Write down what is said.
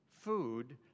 food